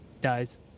dies